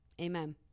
amen